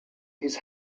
his